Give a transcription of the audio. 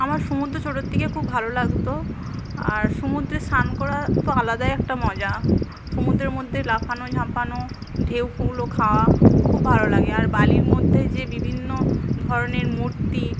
আমার সমুদ্র ছোটোর থেকেই খুব ভালো লাগতো আর সমুদ্রে স্নান করা তো আলাদাই একটা মজা সমুদ্রের মধ্যে লাফানো ঝাঁপানো ঢেউগুলো খাওয়া খুব ভালো লাগে আর বালির মধ্যে যে বিভিন্ন ধরনের মূর্তি